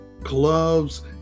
gloves